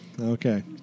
Okay